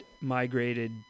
migrated